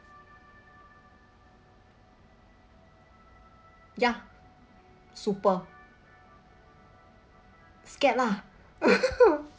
ya super scared lah